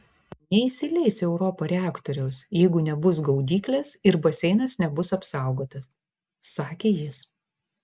neįsileis europa reaktoriaus jeigu nebus gaudyklės ir baseinas nebus apsaugotas sakė jis